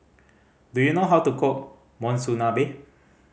do you know how to cook Monsunabe